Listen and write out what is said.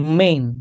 main